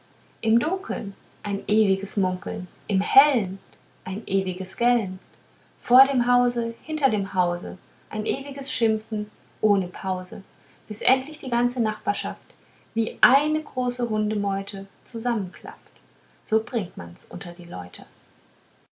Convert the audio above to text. im dunkeln ein ewiges munkeln im hellen ein ewiges gellen vor dem hause hinter dem hause ein ewiges schimpfen ohne pause bis endlich die ganze nachbarschaft wie eine große hundemeute zusammenklafft so bringt man's unter die leute